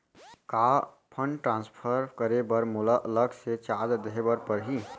का fund transfer करे बर मोला अलग से चार्ज देहे बर परही?